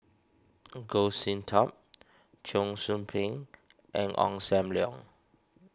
Goh Sin Tub Cheong Soo Pieng and Ong Sam Leong